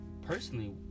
personally